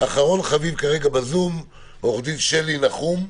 אחרון חביב בזום כרגע, עורך דין שלי נחום.